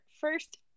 first